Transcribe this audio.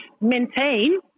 maintain